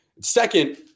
Second